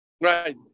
right